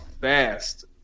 fast